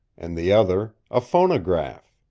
and the other a phonograph!